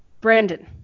Brandon